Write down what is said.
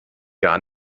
gar